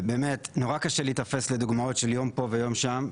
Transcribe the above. נורא קשה להיתפס לדוגמאות של יום פה יום שם,